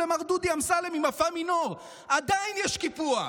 למר דודי אמסלם עם הפה מינור: עדיין יש קיפוח.